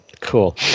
Cool